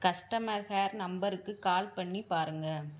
customer care நம்பருக்கு call பண்ணி பாருங்கள்